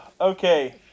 okay